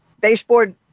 baseboard